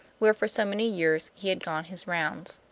where for so many years he had gone his round.